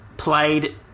played